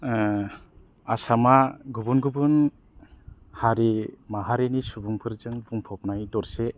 आसामा गुबुन गुबुन हारि माहारिनि सुबुंजों बुंफबनाय दरसे